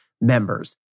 members